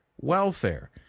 welfare